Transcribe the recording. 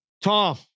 Tom